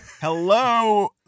Hello